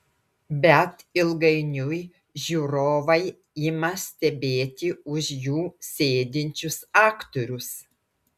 bet ilgainiui žiūrovai ima stebėti už jų sėdinčius aktorius